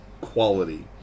quality